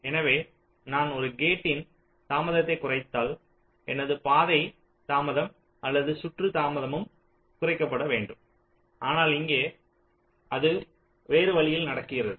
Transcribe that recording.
எனவே நான் ஒரு கேட்டின் தாமதத்தை குறைத்தால் எனது பாதை தாமதம் அல்லது சுற்று தாமதமும் குறைக்கப்பட வேண்டும் ஆனால் இங்கே அது வேறு வழியில் நடக்கிறது